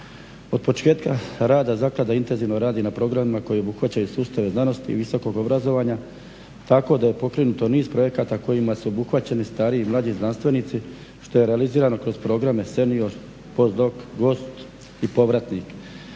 Od početka rada zaklada intenzivno radi na programima koji obuhvaćaju sustave znanosti i visokog obrazovanja tako da je pokrenuto niz projekata kojima su obuhvaćeni stariji i mlađi znanstvenici što je realizirano kroz programe senior, … gost i povratnik.